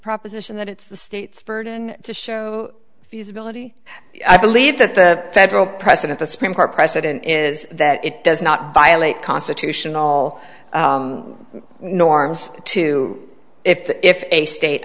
proposition that it's the state's burden to show feasibility i believe that the federal precedent the supreme court precedent is that it does not violate constitutional all norms to if that if a state